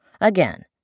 Again